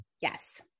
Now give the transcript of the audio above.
Yes